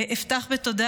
אפתח בתודה